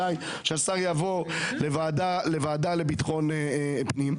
השר צריך "להיות ערני דיו לנסיבות המתפתחות ולשינויים המתרחשים,